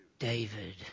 David